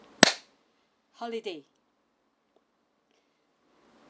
holiday